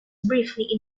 briefly